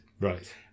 Right